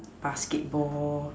basketball